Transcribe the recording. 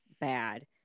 bad